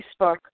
Facebook